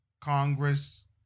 Congress